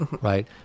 right